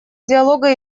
диалога